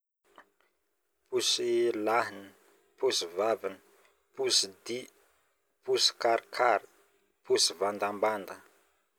posy lahiny, posy vaviny, posy dy, posy karikary, posy vandambandagna